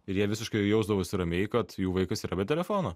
ir jie visiškai jausdavosi ramiai kad jų vaikas yra be telefono